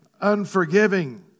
unforgiving